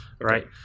Right